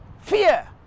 fear